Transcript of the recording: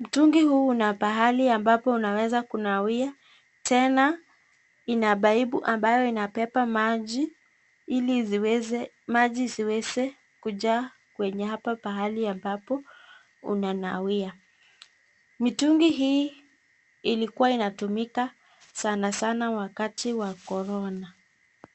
Mtungi huu una pahali ambapo unaweza kunawia, tena ina paipu ambayo inabeba maji, ili maji ziweze kujaa kwenye hapa pahali ambapo unanawia. Mitungi hii ilikuwa inatumika sana sana wakati wa korona.